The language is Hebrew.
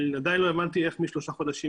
עדיין לא הבנתי איך משלושה חודשים